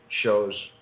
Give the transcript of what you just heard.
shows